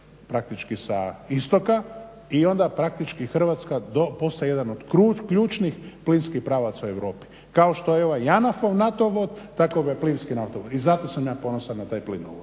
praktički sa istoka. I onda praktički Hrvatska postaje jedan od ključnih plinskih pravaca u Europi. Kao što je ovaj JANAF-ov naftovod tako bi ovaj plinski naftovod. I zato sam ja ponosan na taj plinovod,